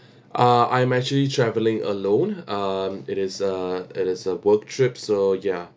uh I'm actually travelling alone um it is a it is a work trip so ya